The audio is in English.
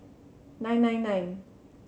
nine nine nine